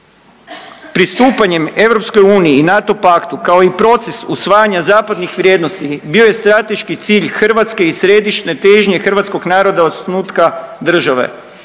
Pristupanjem EU i NATO paktu kao i proces usvajanja zapadnih vrijednosti bio je strateški cilj Hrvatske i središnje težnje hrvatskog naroda od osnutka države.